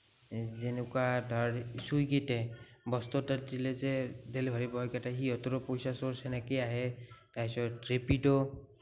যেনেকুৱা ধৰক চুইগিতে বস্তু এটা দিলে যে ডেলিভাৰী বয় কেইটা সিঁহতৰো পইচাৰ চ'ৰ্চ সেনেকেই আহে তাৰপিছত ৰেপিড'